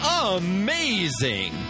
amazing